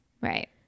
Right